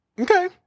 okay